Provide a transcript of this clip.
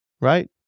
right